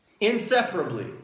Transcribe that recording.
Inseparably